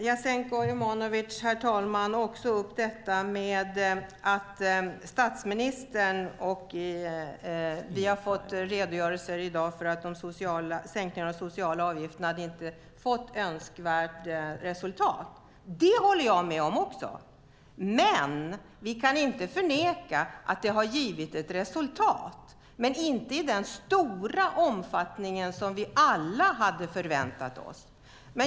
Jasenko Omanovic tog upp att statsministern och vi i dag har fått redogörelser för att sänkningarna av de sociala avgifterna inte fått önskvärt resultat. Detta håller jag med om. Men man kan inte förneka att de har givit resultat, även om det inte skett i den stora omfattning som vi alla hade förväntat oss.